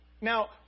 Now